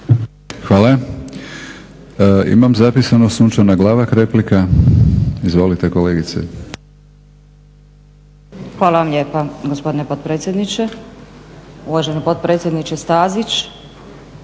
Hvala. Imam zapisano Sunčana Glavak, replika. Izvolite kolegice. **Glavak, Sunčana (HDZ)** Hvala vam lijepa gospodine potpredsjedniče. Uvaženi potpredsjedniče Stazić